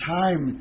time